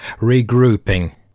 Regrouping